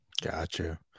Gotcha